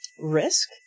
risk